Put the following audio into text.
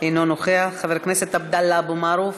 אינו נוכח, חבר הכנסת עבדאללה אבו מערוף,